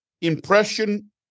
impression